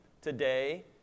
today